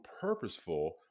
purposeful